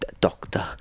doctor